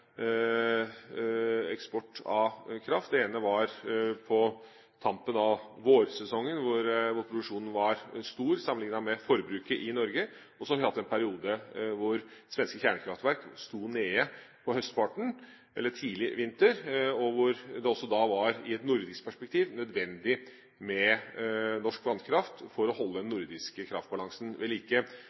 eksport av kraft. Den ene var på tampen av vårsesongen, hvor produksjonen var stor sammenliknet med forbruket i Norge. Så har vi hatt en periode på høstparten, eller tidlig på vinteren, hvor svenske kjernekraftverk sto nede, og hvor det også da i et nordisk perspektiv var nødvendig med norsk vannkraft for å holde den nordiske kraftbalansen ved like.